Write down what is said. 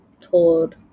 told